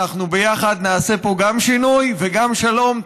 אנחנו ביחד נעשה פה גם שינוי, וגם שלום.